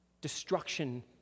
destruction